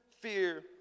fear